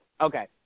Okay